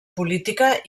política